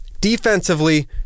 Defensively